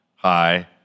Hi